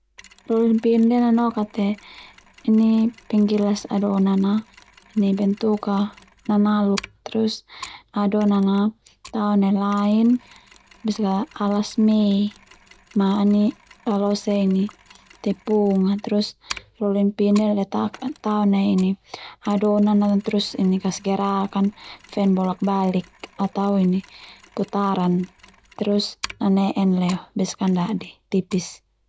Rolin pin ndia nanoka te ini penggilas adonan a bentuk a nanaluk, terus adonan a tao nai lain besak ka alas mei ma lalose tepung a terus rolin pin ndia taon nai adonan a terus kasgerak an fen bolak balik atau ini putaran terus nane'en Leo besaka ana da'di tipis.